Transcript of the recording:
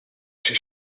się